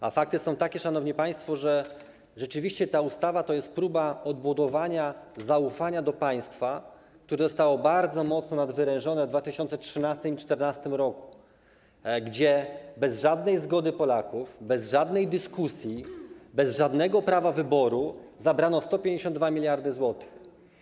A fakty są takie, szanowni państwo, że rzeczywiście ta ustawa to jest próba odbudowania zaufania do państwa, które zostało bardzo mocno nadwerężone w 2013 r. i 2014 r., gdy bez żadnej zgody Polaków, bez żadnej dyskusji, bez żadnego prawa wyboru zabrano 152 mld zł.